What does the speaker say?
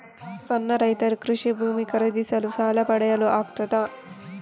ಸಣ್ಣ ರೈತರು ಕೃಷಿ ಭೂಮಿ ಖರೀದಿಸಲು ಸಾಲ ಪಡೆಯಲು ಆಗ್ತದ?